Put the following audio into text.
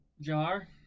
Jar